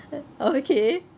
oh okay